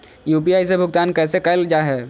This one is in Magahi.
यू.पी.आई से भुगतान कैसे कैल जहै?